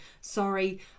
sorry